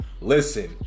listen